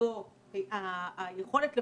וביכולת לפתח.